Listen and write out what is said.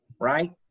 right